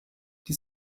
die